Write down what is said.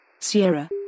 Sierra